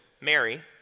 Mary